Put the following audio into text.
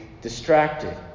distracted